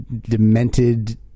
demented